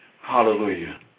Hallelujah